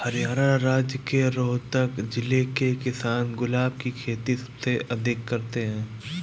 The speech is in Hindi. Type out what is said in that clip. हरियाणा राज्य के रोहतक जिले के किसान गुलाब की खेती सबसे अधिक करते हैं